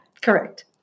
Correct